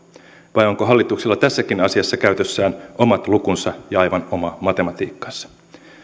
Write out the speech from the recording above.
toiminnan vai onko hallituksella tässäkin asiassa käytössään omat lukunsa ja aivan oma matematiikkansa